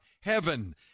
heaven